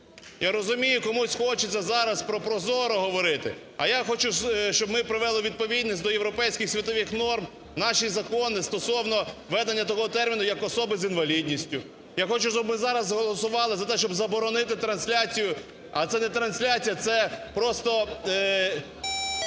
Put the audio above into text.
Я розумію, комусь хочеться зараз про ProZorro говорити, а я хочу, щоб ми провели відповідність до європейських світових норм наші закони стосовно ведення такого терміну як "особи з інвалідністю". Я хочу, щоб ми зараз голосувати за те, щоб заборонити трансляцію. А це не трансляція, це просто